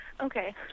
Okay